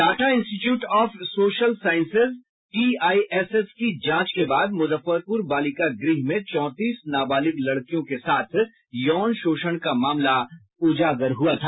Tata Institute of Social Sciences TISS की जांच के बाद मुजफ्फरपुर बालिका गृह में चौतीस नाबालिक लड़कियों के साथ यौन शोषण का मामला उजागर हुआ था